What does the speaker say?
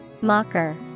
mocker